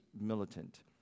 militant